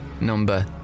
number